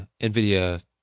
NVIDIA